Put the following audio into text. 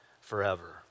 forever